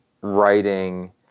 writing